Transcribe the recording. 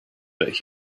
that